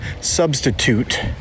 Substitute